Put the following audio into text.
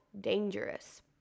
dangerous